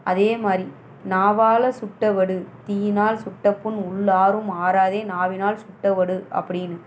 அதேமாதிரி நாவால் சுட்டவடு தீயினால் சுட்டபுண் உள்ளாறும் ஆறாதே நாவினால் சுட்டவடு அப்படின்னு